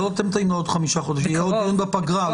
לא תמתינו עוד חמישה חודשים, יהיו דיונים בפגרה.